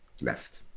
left